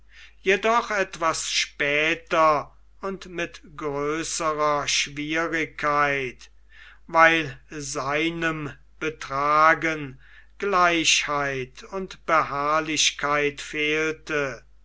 jedoch etwas später und mit größerer schwierigkeit weil seinem betragen gleichheit und beharrlichkeit fehlte